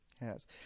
Yes